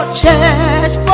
church